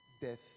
death